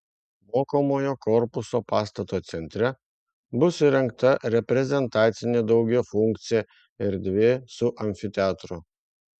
mokomojo korpuso pastato centre bus įrengta reprezentacinė daugiafunkcė erdvė su amfiteatru